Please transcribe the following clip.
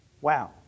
Wow